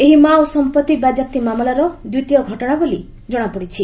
ଏହା ମାଓ ସମ୍ପତ୍ତି ବାଜ୍ୟାପ୍ତି ମାମଲାର ଦ୍ୱିତୀୟ ଘଟଣା ବୋଲି ଜଣାପଡ଼ିଛି